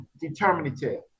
determinative